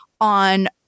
on